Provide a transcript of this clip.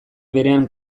berean